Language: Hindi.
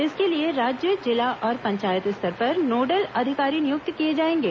इसके लिए राज्य जिला और पंचायत स्तर पर नोडल अधिकारी नियुक्त किए जाएंगे